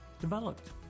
developed